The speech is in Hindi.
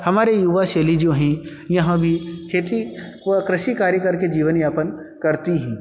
हमारे युवा शैली जो हैं यहाँ भी खेती व कृषि कार्य करके जीवनयापन करती है